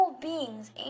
Beings